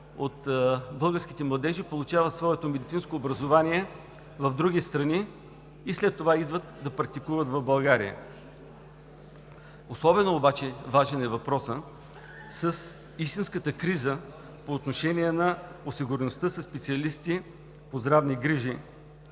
от българските младежи получават своето медицинско образование в други страни и след това идват да практикуват в България. Особено важен обаче е въпросът с истинската криза по отношение на осигуреността със специалисти по здравни грижи